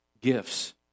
gifts